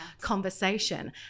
conversation